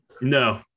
No